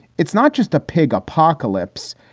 it's not just a pig apocalypse.